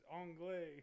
anglais